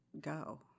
go